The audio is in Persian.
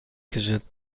کشد